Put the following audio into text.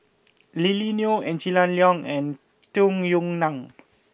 Lily Neo Angela Liong and Tung Yue Nang